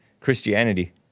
Christianity